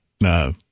No